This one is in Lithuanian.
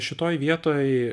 šitoj vietoj